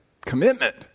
commitment